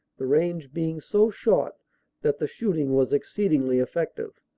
the range being so short that the shooting was exceedingly effective.